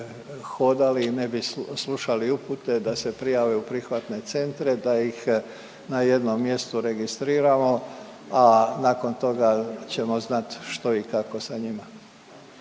hodali i ne bi slušali upute da se prijave u prihvatne centre da ih na jednom mjestu registriramo, a nakon toga ćemo znat što i kako sa njima.